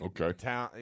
okay